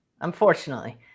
unfortunately